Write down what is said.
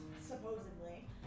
supposedly